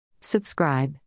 Subscribe